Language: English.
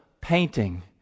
painting